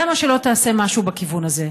למה שלא תעשה משהו בכיוון הזה?